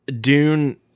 Dune